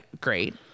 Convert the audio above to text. great